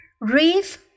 Reef